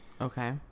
Okay